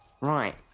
right